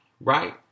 right